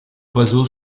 oiseau